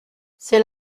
c’est